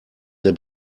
der